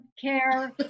care